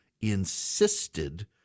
insisted